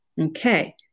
okay